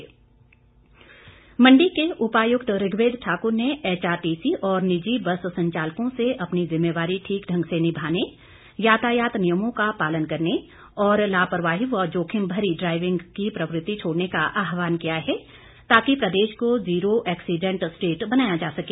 DC Mandi Mandi के उपायुक्त ऋग्वेद ठाकुर ने एचआरटीसी और निजी बस संचालकों से अपनी जिम्मेवारी ठीक ढंग से निभाने यातायात नियमों का पालन करने और लापरवाही व जोखिम भरी ड्राईविंग की प्रवृति छोड़ने का आहवान किया है ताकि प्रदेश को जीरो एक्सीडेंट स्टेट बनाया जा सके